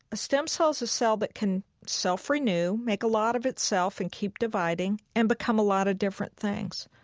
a stem cell's a cell that can self-renew, make a lot of itself and keep dividing, and become a lot of different things.